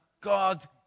God